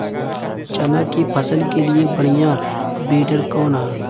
चना के फसल के लिए बढ़ियां विडर कवन ह?